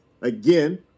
Again